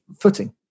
footing